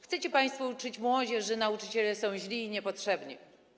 Chcecie państwo uczyć młodzież, że nauczyciele są źli i niepotrzebni.